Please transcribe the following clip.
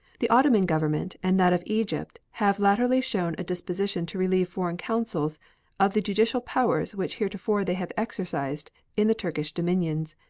the ottoman government and that of egypt have latterly shown a disposition to relieve foreign consuls of the judicial powers which heretofore they have exercised in the turkish dominions,